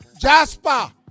Jasper